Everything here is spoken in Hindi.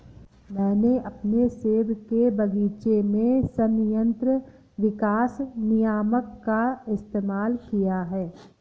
मैंने अपने सेब के बगीचे में संयंत्र विकास नियामक का इस्तेमाल किया है